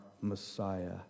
Messiah